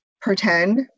pretend